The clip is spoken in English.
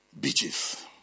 beaches